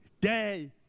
day